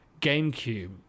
GameCube